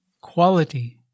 quality –